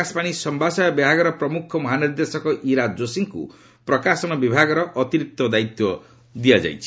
ଆକାଶବାଣୀ ସମ୍ଭାଦସେବା ବିଭାଗର ପ୍ରମୁଖ ମହାନିର୍ଦ୍ଦେଶକ ଇରା ଯୋଶୀଙ୍କୁ ପ୍ରକାଶନ ବିଭାଗର ଅତିରିକ୍ତ ଦାୟିତ୍ୱ ଦିଆଯାଇଛି